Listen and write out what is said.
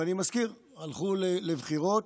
ואני מזכיר: הלכו לבחירות,